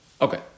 Okay